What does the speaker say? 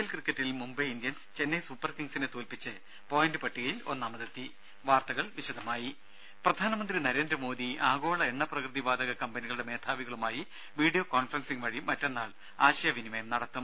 L ക്രിക്കറ്റിൽ Mumbai Indians Chennai super കിംഗ്സിനെ തോൽപ്പിച്ച് പോയിന്റ് പട്ടികയിൽ ഒന്നാമതെത്തി വാർത്തകൾ വിശദമായി പ്രധാനമന്ത്രി നരേന്ദ്രമോദി ആഗോള എണ്ണ പ്രകൃതി വാതക കമ്പനികളുടെ മേധാവികളുമായി വീഡിയോ കോൺഫറൻസിംഗ് വഴി മറ്റന്നാൾ ആശയവിനിമയം നടത്തും